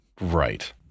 right